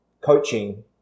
coaching